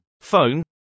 Phone